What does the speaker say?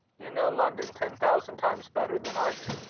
you know london ten thousand times better than i do.